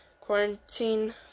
quarantine